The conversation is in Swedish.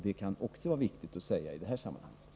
Det kan vara viktigt att säga också detta i det här sammanhanget.